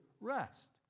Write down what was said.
rest